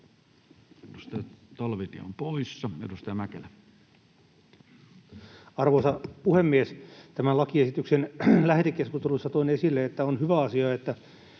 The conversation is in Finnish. laeiksi Time: 15:10 Content: Arvoisa puhemies! Tämän lakiesityksen lähetekeskustelussa toin esille, että on hyvä asia, että